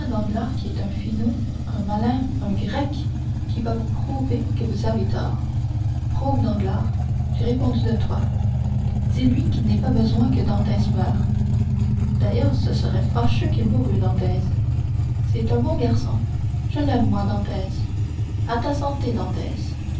qui est un finaud un malin un grec qui va vous prouver que vous avez tort prouve danglars j'ai répondu de toi dis-lui qu'il n'est pas besoin que dantès meure d'ailleurs ce serait fâcheux qu'il mourût dantès c'est un bon garçon je l'aime moi dantès à ta santé dantès